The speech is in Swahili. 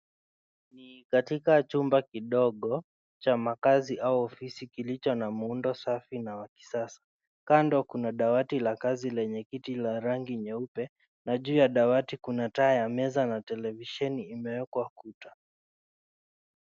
Ni katika chumba kidogo, cha makazi au ofisi kilicho na muundo safi na wa kisasa. Kando kuna dawati la kazi lenye kiti la rangi nyeupe. Na juu ya dawati kuna taa ya meza na televisheni imewekwa ukuta.